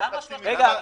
למה לא חצי משכר מינימום?